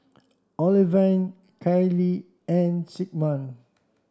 Olivine Kailee and Sigmund